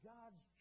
God's